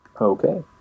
Okay